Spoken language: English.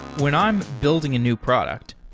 when i'm building a new product,